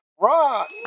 rock